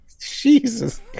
Jesus